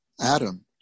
Adam